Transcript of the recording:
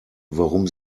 warum